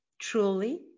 truly